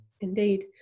Indeed